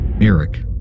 Eric